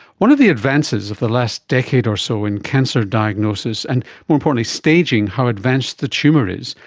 one of the advances of the last decade or so in cancer diagnosis and more importantly staging how advanced the tumour is,